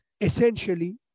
Essentially